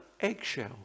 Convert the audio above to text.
eggshell